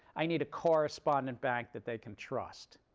i need a correspondent bank that they can trust.